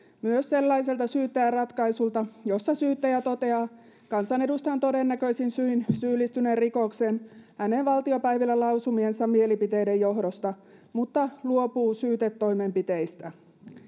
myös sellaiselta syyttäjän ratkaisulta jossa syyttäjä toteaa kansanedustajan todennäköisin syin syyllistyneen rikokseen hänen valtiopäivillä lausumiensa mielipiteiden johdosta mutta luopuu syytetoimenpiteistä